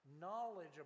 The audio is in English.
knowledge